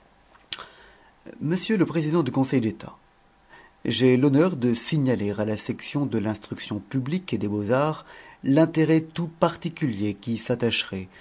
monsieur le président du conseil d'état j'ai l'honneur de signaler à la section de l'instruction publique et des beaux-arts l'intérêt tout particulier qui s'attacherait